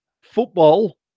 football